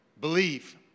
Believe